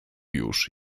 już